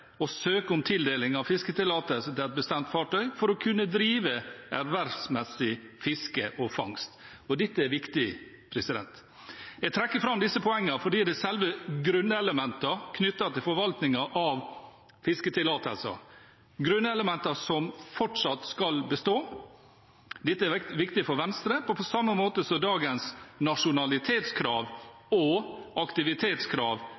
å søke om tildeling av fisketillatelse til et bestemt fartøy for å kunne drive ervervsmessig fiske og fangst. Dette er viktig. Jeg trekker fram disse poengene fordi det er selve grunnelementene knyttet til forvaltningen av fisketillatelser, grunnelementer som fortsatt skal bestå. Dette er viktig for Venstre, på samme måte som det er viktig å holde fast ved dagens nasjonalitetskrav og aktivitetskrav.